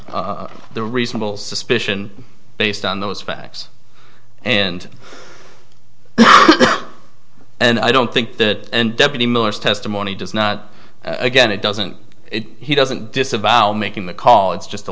the reasonable suspicion based on those facts and and i don't think that deputy miller's testimony does not again it doesn't it he doesn't disavow making the call it's just a